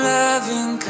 loving